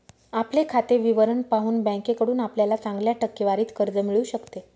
आपले खाते विवरण पाहून बँकेकडून आपल्याला चांगल्या टक्केवारीत कर्ज मिळू शकते